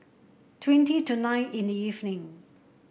twenty to nine in the evening